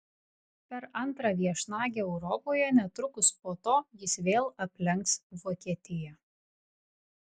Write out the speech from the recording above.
per antrą viešnagę europoje netrukus po to jis vėl aplenks vokietiją